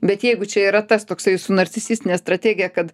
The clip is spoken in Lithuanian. bet jeigu čia yra tas toksai su narcisistine strategija kad